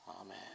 Amen